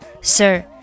Sir